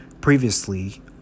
Previously